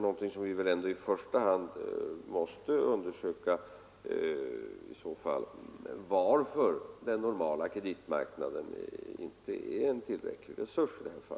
Något som vi i så fall i första hand måste undersöka är varför den normala kreditmarknaden inte är en tillräcklig resurs i detta fall.